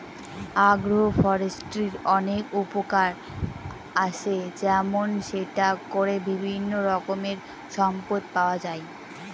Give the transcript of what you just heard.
আগ্র ফরেষ্ট্রীর অনেক উপকার আসে যেমন সেটা করে বিভিন্ন রকমের সম্পদ পাওয়া যায়